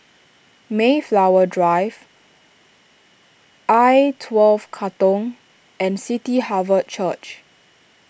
Mayflower Drive I twelve Katong and City Harvest Church